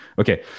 Okay